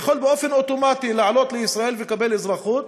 יכול אוטומטית לעלות לישראל ולקבל אזרחות,